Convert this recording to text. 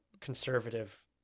conservative